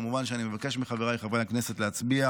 כמובן שאני מבקש מחבריי חברי הכנסת להצביע